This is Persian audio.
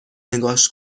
نگاش